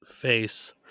face